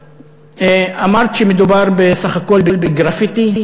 אמרת שמדובר בסך הכול בגרפיטי,